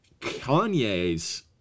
Kanye's